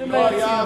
זה לא היה,